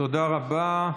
תודה רבה.